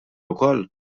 wkoll